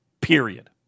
Period